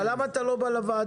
אבל למה אתה לא בא לוועדה?